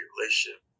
relationship